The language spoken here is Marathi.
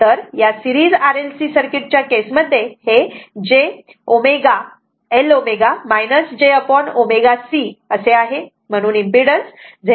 तर या सेरीज RLC सर्किट च्या केस मध्ये हे j L ω jω C असे आहे